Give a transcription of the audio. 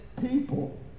people